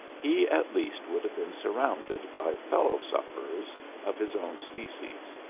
he at least would have been surrounded by fellow-sufferers of his own species.